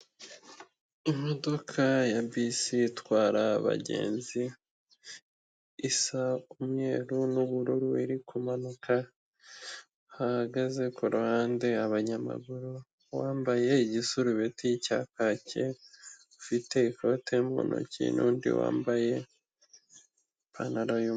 Imodoka ya bisi itwara abagenzi isa umweru n'ubururu iri kumanuka, hahagaze ku ruhande abanyamaguru uwambaye igisurubeti cya kake ufite ikoti mu ntoki n'undi wambaye ipantaro y'umweru.